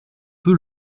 peu